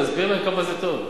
תסביר להם כמה זה טוב.